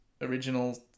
original